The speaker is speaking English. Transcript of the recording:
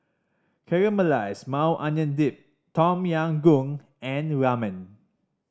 Caramelized Maui Onion Dip Tom Yam Goong and Ramen